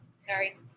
sorry